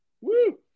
Woo